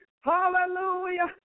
hallelujah